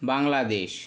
Bangladesh